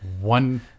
one